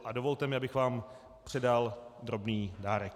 A dovolte mi, abych vám předal drobný dárek.